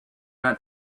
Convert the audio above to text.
not